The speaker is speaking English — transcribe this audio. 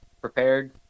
prepared